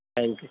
thank you